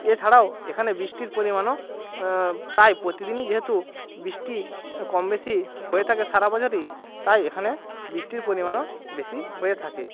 এছাড়াও এখানে বৃষ্টির পরিমাণও প্রায় প্রতিদিনই যেহেতু বৃষ্টি কম বেশি হয়ে থাকে সারা বছরই তাই এখানে বৃষ্টির পরিমাণও বেশি হয়ে থাকে